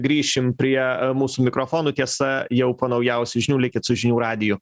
grįšim prie mūsų mikrofonų tiesa jau po naujausių žinių likit su žinių radiju